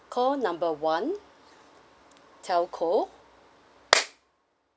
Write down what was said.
call number one telco